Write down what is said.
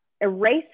erase